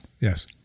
yes